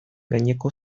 gaineko